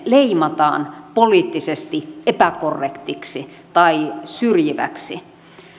leimataan poliittisesti epäkorrektiksi tai syrjiväksi